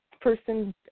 person